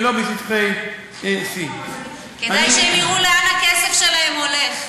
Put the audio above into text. ולא בשטחי C. כדאי שהם יראו לאן הכסף שלהם הולך.